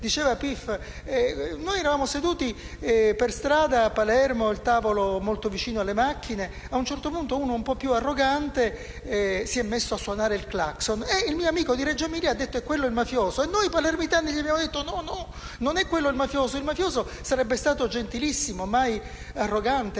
rivista «Left»: «Noi eravamo seduti per strada a Palermo, il tavolo molto vicino alle macchine. Ad un certo punto uno, un po' più arrogante, si è messo a suonare il clacson. Il mio amico di Reggio Emilia ha detto: "È quello il mafioso". E noi palermitani gli abbiamo detto: "No, no, non è quello il mafioso. Il mafioso sarebbe stato gentilissimo, mai arrogante,